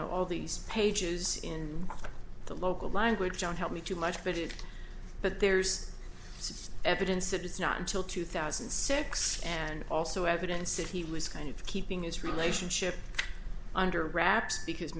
know all these pages in the local language john help me too much credit but there's some evidence that it's not until two thousand and six and also evidence that he was kind of keeping his relationship under wraps because